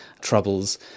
troubles